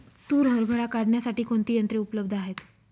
तूर हरभरा काढण्यासाठी कोणती यंत्रे उपलब्ध आहेत?